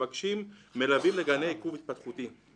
אנו מבקשים מלווים לגני עיכוב התפתחותי.